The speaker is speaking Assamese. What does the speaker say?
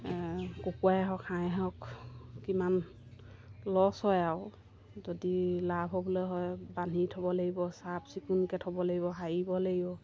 কুকুৰাই হওক হাঁহেই হওক কিমান লছ হয় আৰু যদি লাভ হ'বলৈ হয় বান্ধি থ'ব লাগিব চাফচিকুণকৈ থ'ব লাগিব সাৰিব লাগিব